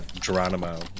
Geronimo